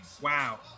Wow